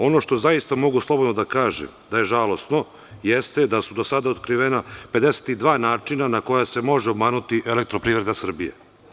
Ono što zaista mogu slobodno da kažem da je žalosno, jeste da su do sada otkrivena 52 načina na koja se može obmanuti EPS.